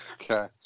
Okay